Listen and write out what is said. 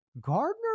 Gardner